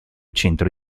centro